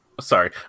Sorry